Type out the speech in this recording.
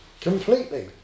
Completely